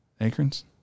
Acorns